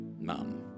Mom